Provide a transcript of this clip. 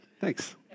Thanks